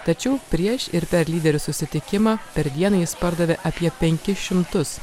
tačiau prieš ir per lyderių susitikimą per dieną jis pardavė apie penkis šimtus